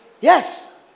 Yes